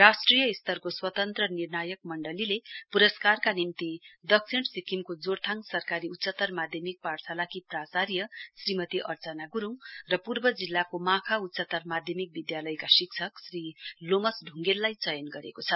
राष्ट्रिय स्तरको स्वतन्त्र निर्णायक मण्डलीले पुरस्कारका निम्ति दक्षिण सिक्किमको जोरथाङ सरकारी उच्चतर माध्यमिक पाठशालाकी प्राचार्य श्रीमती अर्चना गुरुङ र पूर्व जिल्लाको माखा उच्चात्तर माध्यमिक विद्यालयका शिक्षक श्री लोमस ढुंगेललाई चयन गरेको छ